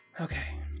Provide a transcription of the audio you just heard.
Okay